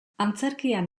antzerkian